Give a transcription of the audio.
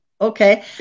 Okay